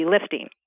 lifting